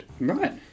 Right